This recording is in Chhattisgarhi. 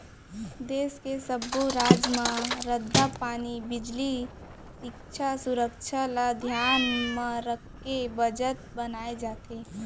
देस के सब्बो राज म रद्दा, पानी, बिजली, सिक्छा, सुरक्छा ल धियान राखके बजट बनाए जाथे